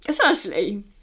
firstly